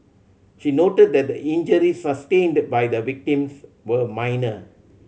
she noted that the injuries sustained by the victims were minor